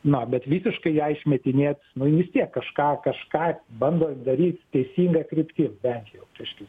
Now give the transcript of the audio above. na bet visiškai ją išmetinėt nu ji vis tiek kažką kažką bando daryt teisinga kryptim bent jau reiškias